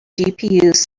gpus